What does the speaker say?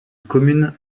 communes